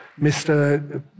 Mr